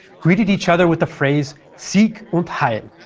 greeted each other with the phrase sieg und heil.